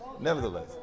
Nevertheless